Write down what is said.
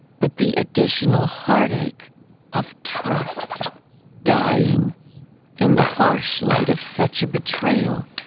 but the additional heartache of trust dying in the harsh light of such a betrayal.